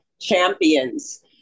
champions